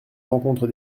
rencontre